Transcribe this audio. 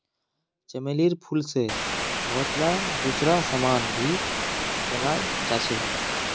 चमेलीर फूल से बहुतला दूसरा समान भी बनाल जा छे